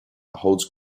holds